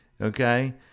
Okay